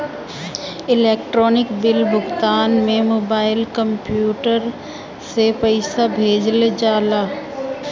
electronic bill भुगतान में mobile, computer से पईसा भेजल जाला